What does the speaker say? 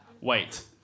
wait